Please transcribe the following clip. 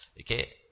Okay